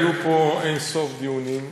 היו פה אין-סוף דיונים,